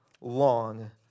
long